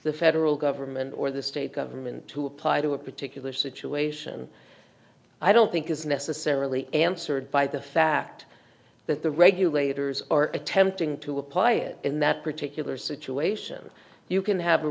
the federal government or the state government to apply to a particular situation i don't think is necessarily answered by the fact that the regulators are attempting to apply it in that particular situation or you can have a